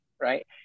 Right